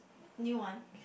new one